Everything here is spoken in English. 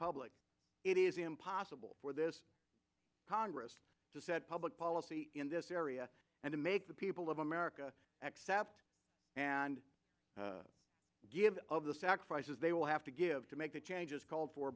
public it is impossible for this congress to set public policy in this area and to make the people of america accept and give of the sacrifices they will have to give to make the changes called for